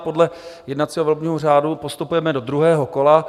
Podle jednacího volebního řádu postupujeme do druhého kola.